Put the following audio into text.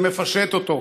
זה מפשט אותו.